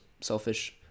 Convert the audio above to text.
selfish